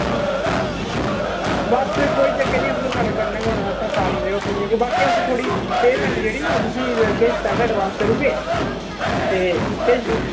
बस कोई चक्कर नी ऐ तुसें साढ़े कन्नै गै होना असें सारें जगह घूमी आगे बाकी अस थुआढ़ी पेमैंट जेह्ड़ी ना तुसें किश पैह्ले ऐडबांस करुड़गे ते किश तुस